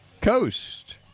coast